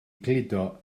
gludo